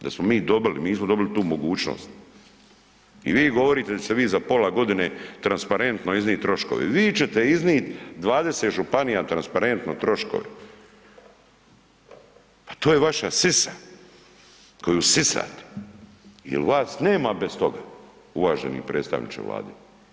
Da smo mi dobili, mi nismo dobili tu mogućnost i vi govorite da ćete se vi za pola godine transparentno iznit troškove, vi ćete iznit 20 županija transparentno troškove, pa to je vaša sisa koju sisate jel vas nema bez toga uvaženi predstavniče Vlade.